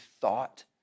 thought